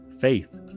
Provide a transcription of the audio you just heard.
faith